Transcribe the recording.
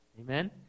Amen